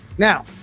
Now